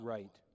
Right